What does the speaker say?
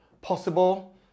possible